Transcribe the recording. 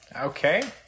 Okay